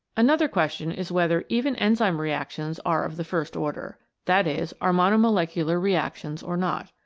another question is whether even enzyme reactions are of the first order, that is, are mono molecular reactions or not.